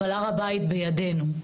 אבל הר הבית בידינו.